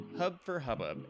hubforhubbub